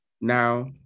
Now